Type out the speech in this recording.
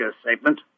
statement